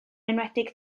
enwedig